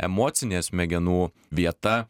emocinė smegenų vieta